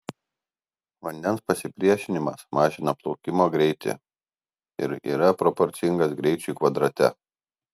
vandens pasipriešinimas mažina plaukimo greitį ir yra proporcingas greičiui kvadrate